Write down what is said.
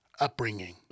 upbringing